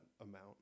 amount